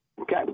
Okay